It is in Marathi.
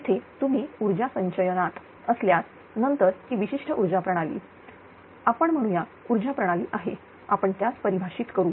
येथे तुम्ही ऊर्जा संचयनात असल्यास नंतर ही विशिष्ट ऊर्जा प्रणाली आपण म्हणू या ऊर्जा प्रणाली आहे आपण त्यास परिभाषित करू